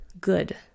good